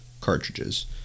Cartridges